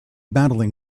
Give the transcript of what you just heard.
battling